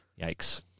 Yikes